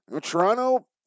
Toronto